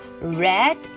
red